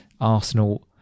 Arsenal